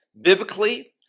biblically